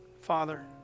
Father